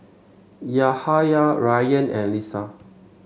Yahaya Ryan and Lisa